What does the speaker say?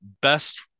best